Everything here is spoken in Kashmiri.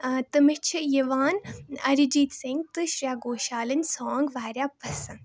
تہٕ مےٚ چھِ یِوان اَرِجیٖت سِنٛگھ تہٕ شریا گوشالٕن سانٛگ واریاہ پَسنٛد